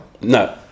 No